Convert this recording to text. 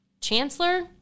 chancellor